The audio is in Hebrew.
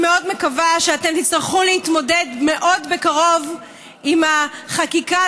אני מאוד מקווה שאתם תצטרכו להתמודד מאוד בקרוב עם החקיקה